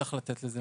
צריך לתת לזה מענה.